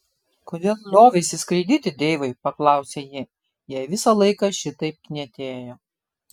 kodėl lioveisi skraidyti deivai paklausė ji jei visą laiką šitaip knietėjo